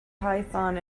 python